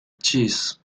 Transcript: chis